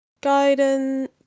Guidance